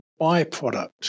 byproduct